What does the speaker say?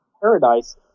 paradise